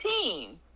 team